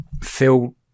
Phil